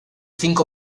cinco